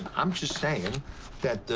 i'm just saying that,